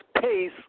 pace